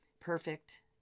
perfect